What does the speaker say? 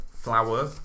flower